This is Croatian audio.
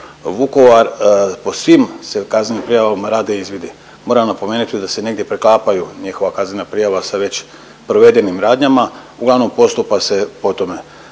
Vukovar po svim kaznenim prijavama rade izvidi. Moram napomenuti da se negdje preklapaju njihova kaznena prijava sa već provedenim radnjama, uglavnom postupa se po tome.